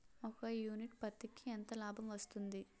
ఒక యూనిట్ పత్తికి ఎంత లాభం వస్తుంది?